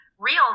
Real